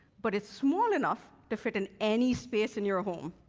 but it's small enough to fit in any space in your home.